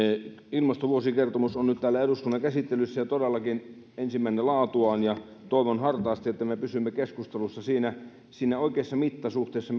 ilmastovuosikertomus on nyt täällä eduskunnan käsittelyssä se on todellakin ensimmäinen laatuaan toivon hartaasti että me pysymme keskustelussa siinä siinä oikeassa mittasuhteessa